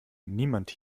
niemand